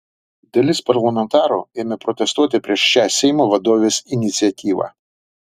dalis parlamentarų ėmė protestuoti prieš šią seimo vadovės iniciatyvą